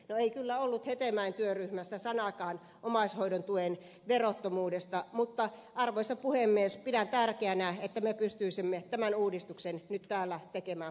no ei kyllä ollut hetemäen työryhmässä sanaakaan omaishoidon tuen verottomuudesta mutta arvoisa puhemies pidän tärkeänä että me pystyisimme tämän uudistuksen nyt täällä tekemään budjetin yhteydessä